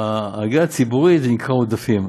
בעגה הציבורית זה נקרא עודפים,